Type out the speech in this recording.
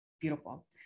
Beautiful